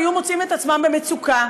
היו מוצאים את עצמם במצוקה.